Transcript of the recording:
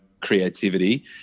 creativity